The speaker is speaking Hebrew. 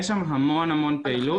כלומר, יש שם המון המון פעילות.